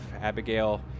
Abigail